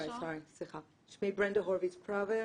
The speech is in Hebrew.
שמי ברנדה הורביץ פרוור,